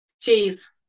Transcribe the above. cheese